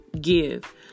give